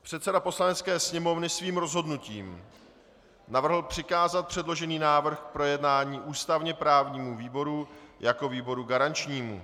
Předseda Poslanecké sněmovny svým rozhodnutí navrhl přikázat předložený návrh k projednání ústavněprávnímu výboru jako výboru garančnímu.